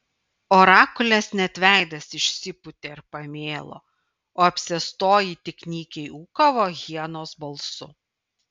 orakulės net veidas išsipūtė ir pamėlo o apsėstoji tik nykiai ūkavo hienos balsu